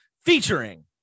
featuring